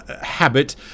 habit